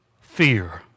Fear